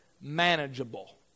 manageable